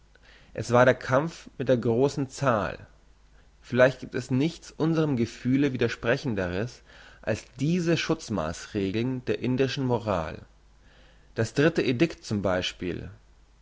es war der kampf mit der grossen zahl vielleicht giebt es nichts unserm gefühle widersprechenderes als diese schutzmaassregeln der indischen moral das dritte edikt zum beispiel